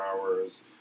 hours